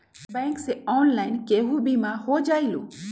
Bank से online केहु बिमा हो जाईलु?